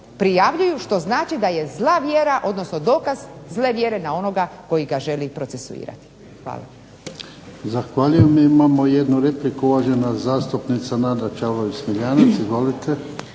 prijavljuju što znači da je zla vjera, odnosno dokaz zle vjere na onoga koji ga želi procesuirati. Hvala.